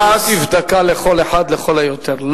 דקה אחת לכל היותר.